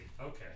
okay